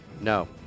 No